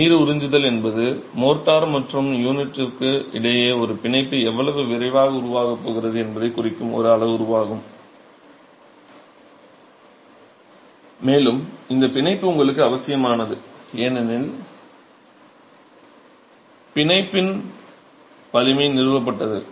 நீர் உறிஞ்சுதல் என்பது மோர்ட்டார் மற்றும் யூனிட்டிற்கு இடையே ஒரு பிணைப்பு எவ்வளவு விரைவாகவும் உருவாகப் போகிறது என்பதைக் குறிக்கும் ஒரு அளவுருவாகும் மேலும் இந்த பிணைப்பு உங்களுக்கு அவசியமானது ஏனெனில் பிணைப்பின் வலிமை நிறுவப்பட்டது